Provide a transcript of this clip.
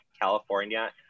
California